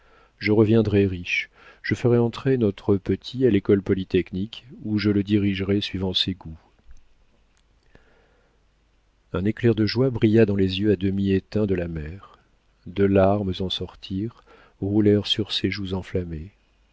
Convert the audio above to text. je reviendrai riche je ferai entrer notre petit à l'école polytechnique où je le dirigerai suivant ses goûts un éclair de joie brilla dans les yeux à demi éteints de la mère deux larmes en sortirent roulèrent sur ses joues enflammées